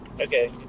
Okay